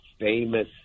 famous